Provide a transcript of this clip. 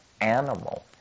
animal